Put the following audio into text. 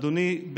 אדוני,